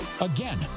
Again